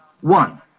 One